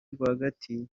rwagati